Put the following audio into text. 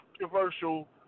controversial